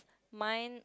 mine